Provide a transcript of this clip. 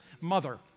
mother